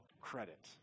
credit